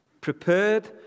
prepared